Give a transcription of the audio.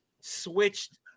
switched